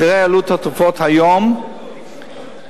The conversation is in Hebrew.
מחיר עלות התרופות היום מורכב,